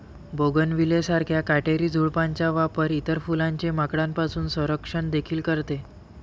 bougainvillea सारख्या काटेरी झुडपांचा वापर इतर फुलांचे माकडांपासून संरक्षण देखील करते